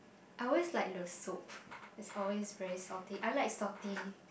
I always like the soup is always very salty I like salty